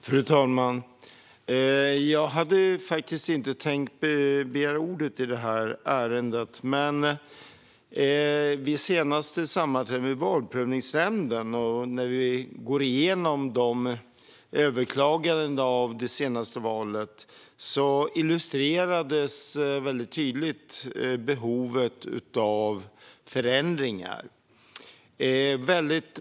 Fru talman! Jag hade faktiskt inte tänkt begära ordet i det här ärendet, men vid det senaste sammanträdet med Valprövningsnämnden och när vi gått igenom överklaganden av det senaste valet illustrerades behovet av förändringar väldigt tydligt.